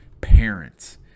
parents